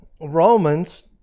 Romans